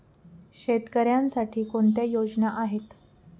शेतकऱ्यांसाठी कोणत्या योजना आहेत?